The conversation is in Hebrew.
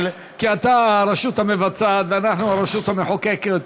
כי אתה הרשות המבצעת ואנחנו הרשות המחוקקת,